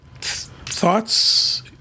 thoughts